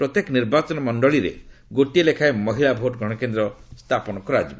ପ୍ରତ୍ୟେକ ନିର୍ବାଚନ ମଣ୍ଡଳରେୀ ଗୋଟିଏ ଲେଖାଏଁ ମହିଳା ଭୋଟ୍ଗ୍ରହଣ କେନ୍ଦ୍ ସ୍ଥାପନ କରାଯିବ